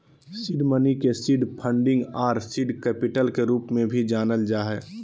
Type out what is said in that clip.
seed money के seed funding आर seed capital के रूप में भी जानल जा हइ